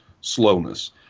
slowness